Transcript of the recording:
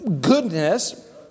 goodness